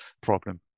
problem